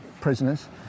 prisoners